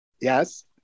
yes